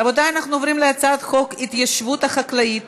רבותי, אנחנו עוברים להצעת חוק ההתיישבות החקלאית